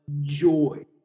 joy